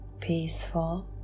peaceful